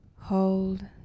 Hold